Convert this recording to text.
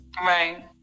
Right